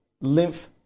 lymph